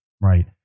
right